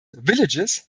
villages